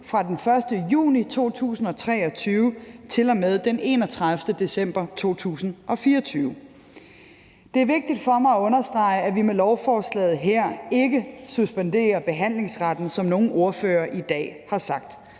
den 1. juni 2023 til og med den 31. december 2024. Det er vigtigt for mig at understrege, at vi med lovforslaget her ikke suspenderer behandlingsretten, som nogle ordførere i dag har sagt.